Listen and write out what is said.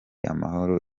amahoro